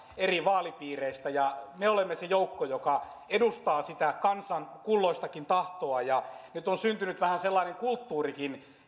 eri vaalipiireistä ja me olemme se joukko joka edustaa kansan kulloistakin tahtoa nyt ehkä muutaman vuoden aikana on syntynyt vähän sellainen kulttuurikin